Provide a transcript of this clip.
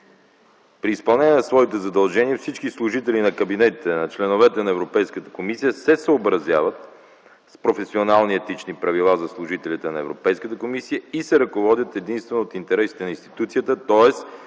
При изпълнение на своите задължения всички служители на кабинетите на членовете на Европейската комисия се съобразяват с Професионални и етични правила за служителите на Европейската комисия и се ръководят единствено от интересите на институцията, тоест